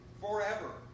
forever